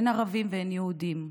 אין ערבים ואין יהודים,